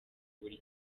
buri